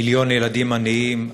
מיליון ילדים עניים.